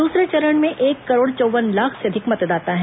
दूसरे चरण में एक करोड़ चौवन लाख से अधिक मतदाता है